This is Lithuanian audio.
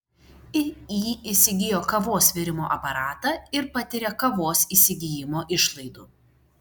iį įsigijo kavos virimo aparatą ir patiria kavos įsigijimo išlaidų